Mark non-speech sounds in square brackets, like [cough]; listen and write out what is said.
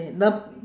[noise] the